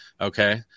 Okay